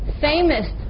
famous